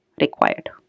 required